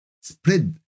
spread